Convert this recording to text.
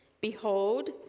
behold